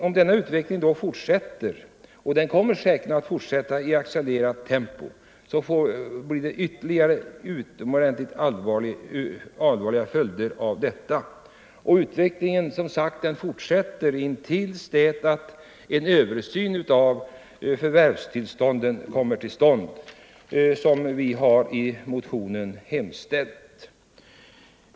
Om denna utveckling fortsätter, blir det utomordentligt allvarliga följder. Och utvecklingen kommer säkerligen att fortsätta i accelererat tempo till dess att det blir en översyn av förvärvstillstånden, som vi i motionen har hemställt om.